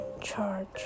charge